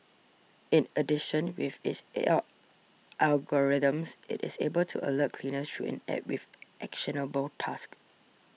in addition with its A I algorithms it is able to alert cleaners through an App with actionable tasks